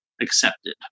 accepted